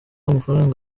amafaranga